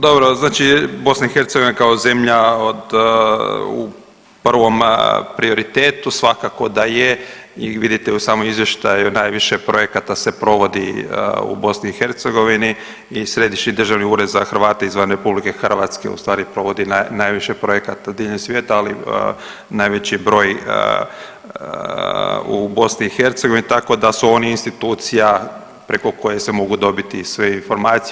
Dobro znači BiH kao zemlja od u prvom prioritetu svakako da je i vidite u samom izvještaju najviše projekata se provodi u BiH i Središnji državni ured za Hrvate izvan RH u stvari provodi najviše projekata diljem svijeta, ali najveći broj u BiH tako da su oni institucija preko koje se mogu dobiti sve informacije.